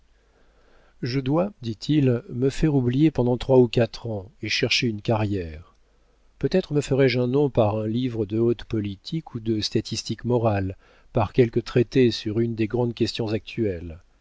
je dois dit-il me faire oublier pendant trois ou quatre ans et chercher une carrière peut-être me ferais-je un nom par un livre de haute politique ou de statistique morale par quelque traité sur une des grandes questions actuelles